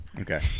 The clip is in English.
Okay